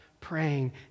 praying